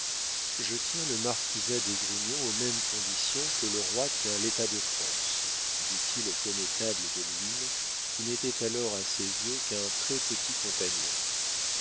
je tiens le marquisat d'esgrignon aux mêmes conditions que le roi tient l'état de france dit-il au connétable de luynes qui n'était alors à ses yeux qu'un très-petit compagnon